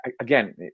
again